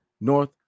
North